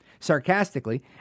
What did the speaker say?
sarcastically